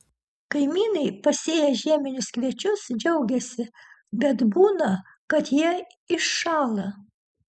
kaimynai pasėję žieminius kviečius džiaugiasi bet būna kad jie iššąla